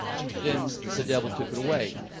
but then the devil took it away